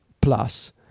plus